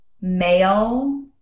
male